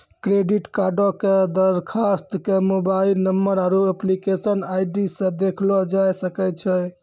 credit कार्डो के दरखास्त के मोबाइल नंबर आरु एप्लीकेशन आई.डी से देखलो जाय सकै छै